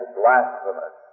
blasphemous